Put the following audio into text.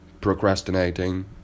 Procrastinating